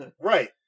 Right